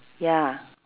ya